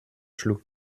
schlug